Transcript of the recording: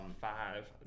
Five